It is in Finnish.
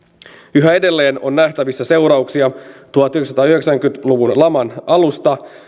yhä edelleen on nähtävissä seurauksia tuhatyhdeksänsataayhdeksänkymmentä luvun alun